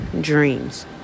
dreams